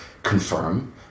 confirm